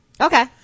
okay